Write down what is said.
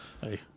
Hey